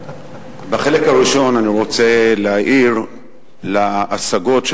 בחלק הראשון אני רוצה להעיר על ההשגות של